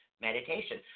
meditation